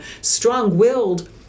strong-willed